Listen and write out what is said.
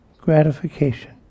gratification